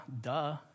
duh